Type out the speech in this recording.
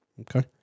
Okay